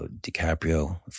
DiCaprio